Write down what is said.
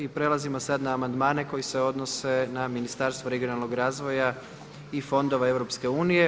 I prelazimo sada na amandmane koji se odnose na Ministarstvo regionalnog razvoja i fondova EU.